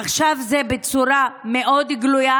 עכשיו זה בצורה מאוד גלויה,